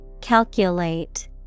Calculate